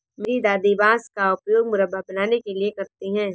मेरी दादी बांस का उपयोग मुरब्बा बनाने के लिए करती हैं